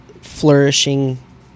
flourishing